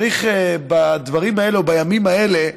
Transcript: שבדברים האלה ובימים האלה,